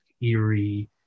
eerie